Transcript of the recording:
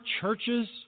churches